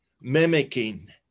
mimicking